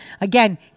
again